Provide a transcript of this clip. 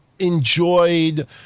Enjoyed